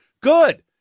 Good